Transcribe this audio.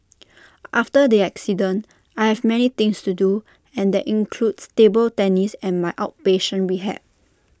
after the accident I have many things to do and that includes table tennis and my outpatient rehab